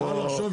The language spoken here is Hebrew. החקיקה,